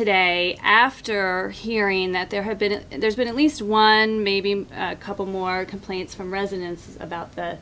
today after hearing that there have been there's been at least one maybe a couple more complaints from residents about the